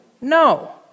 No